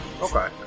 Okay